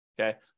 okay